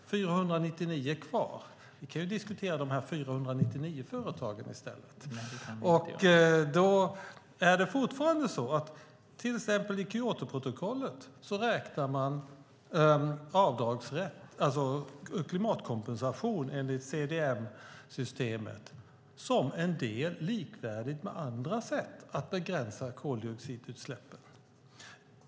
499 företag är kvar. Vi kan då diskutera de 499 företagen i stället. I Kyotoprotokollet räknar man klimatkompensation, enligt CDM-systemet, som likvärdig med andra sätt att begränsa koldioxidutsläppen.